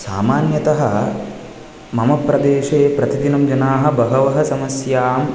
सामान्यतः मम प्रदेशे प्रतिदिनं जनाः बहवः समस्यां